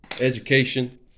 education